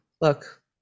look